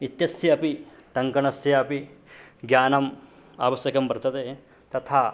इत्यस्य अपि टङ्कणस्य अपि ज्ञानम् आवश्यकं वर्तते तथा